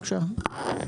כן.